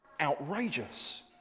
outrageous